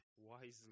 wisely